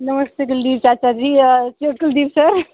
नमस्ते कुलदीप चाचा जी कुलदीप सर